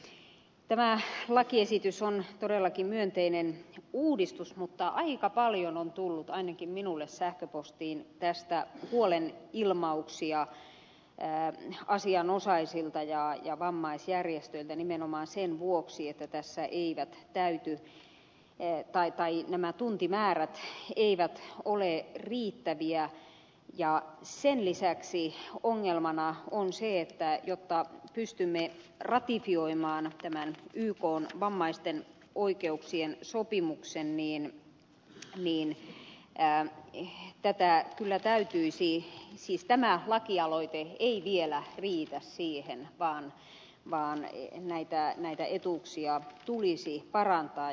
tämä lakiesitys on todellakin myönteinen uudistus mutta aika paljon on tullut ainakin minulle sähköpostiin tästä huolenilmauksia asianosaisilta ja vammaisjärjestöiltä nimenomaan sen vuoksi että tässä nämä tuntimäärät eivät ole riittäviä ja sen lisäksi ongelmana on se että jotta pystymme ratifioimaan tämän ykn vammaisten oikeuksien sopimuksen niin kyllä täytyisi siis tämä lakialoite ei vielä riitä siihen näitä etuuksia parantaa